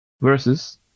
versus